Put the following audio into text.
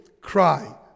cry